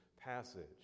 passage